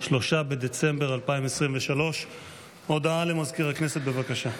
3 בדצמבר 2023. הודעה למזכיר הכנסת, בבקשה.